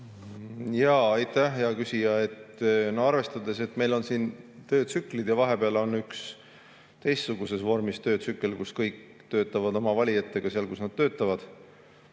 Aitäh, hea küsija! Arvestades, et meil on siin töötsüklid ja vahepeal on üks teistsuguses vormis töötsükkel, kui kõik töötavad oma valijatega seal, kus nad töötavad,